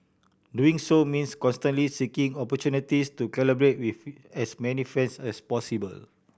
doing so means constantly seeking opportunities to collaborate with as many friends as possible